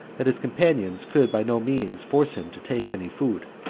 that his companions could by no means force him to take any food,